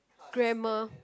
grammar